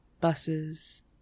buses